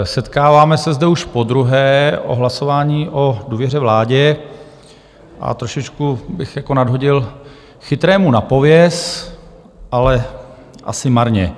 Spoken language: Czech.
Setkáváme se zde už podruhé při hlasování o důvěře vládě a trošičku bych nadhodil chytrému napověz, ale asi marně.